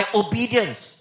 obedience